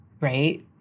right